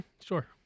sure